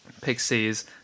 Pixies